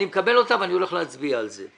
אני מקבל אותה ואני הולך להצביע על זה.